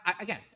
again